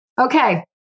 Okay